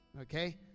Okay